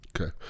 Okay